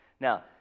Now